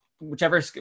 whichever